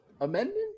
amendment